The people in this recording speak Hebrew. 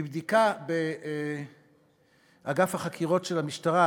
מבדיקה באגף החקירות של המשטרה,